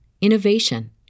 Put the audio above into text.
innovation